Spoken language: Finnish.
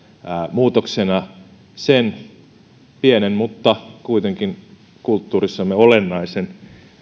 muutoksena sen pienen mutta kuitenkin kulttuurissamme olennaisen